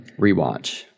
Rewatch